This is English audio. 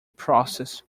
process